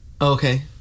Okay